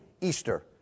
Easter